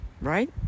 right